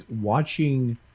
watching